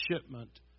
shipment